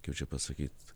kaip čia pasakyt